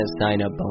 sign-up